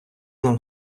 нам